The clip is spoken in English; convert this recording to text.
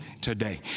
today